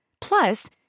Plus